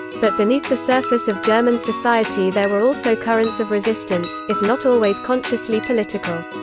but beneath the surface of german society there were also currents of resistance, if not always consciously political.